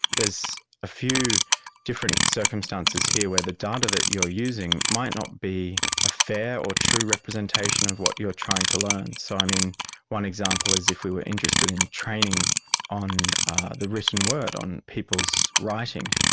there's a few different circumstances here where the data that you're using might not be a fair or true representation of what you're trying to learn. so um one example is if we were interested in training on the written word, on people's writing,